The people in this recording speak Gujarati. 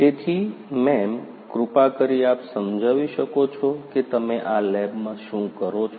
તેથી મેમ કૃપા કરી આપ સમજાવી શકો છો કે તમે આ લેબમાં શું કરો છો